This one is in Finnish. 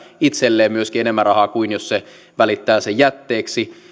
itselleen myöskin enemmän rahaa kuin jos se välittää sen jätteeksi